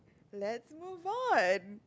let's move on